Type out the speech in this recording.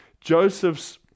Joseph's